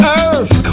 earth